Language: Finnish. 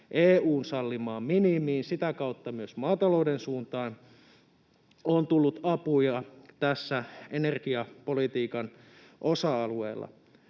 EU:n sallimaan minimiin. Sitä kautta myös maatalouden suuntaan on tullut apuja tällä energiapolitiikan osa-alueella.